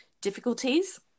difficulties